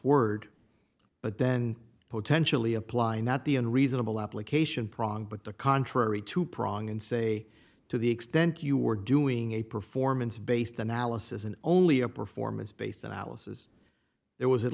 word but then potentially apply not the in reasonable application prom but the contrary to prong and say to the extent you were doing a performance based analysis and only a performance based analysis there was at